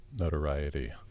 notoriety